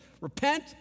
Repent